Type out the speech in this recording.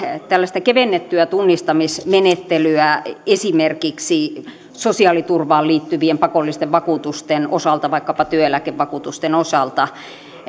kevennettyä tunnistamismenettelyä esimerkiksi sosiaaliturvaan liittyvien pakollisten vakuutusten osalta vaikkapa työeläkevakuutusten osalta